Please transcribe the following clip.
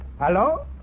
Hello